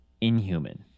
Inhuman